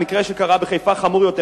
המקרה שקרה בחיפה חמור יותר.